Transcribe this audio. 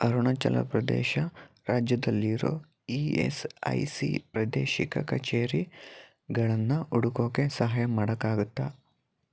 ಅರುಣಾಚಲ ಪ್ರದೇಶ ರಾಜ್ಯದಲ್ಲಿರೋ E S I C ಪ್ರಾದೇಶಿಕ ಕಚೇರಿ ಗಳನ್ನು ಹುಡುಕೋಕ್ಕೆ ಸಹಾಯ ಮಾಡೋಕ್ಕಾಗುತ್ತಾ